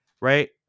right